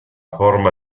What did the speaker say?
forma